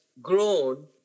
grown